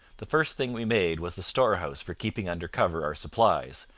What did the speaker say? the first thing we made was the storehouse for keeping under cover our supplies,